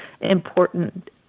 important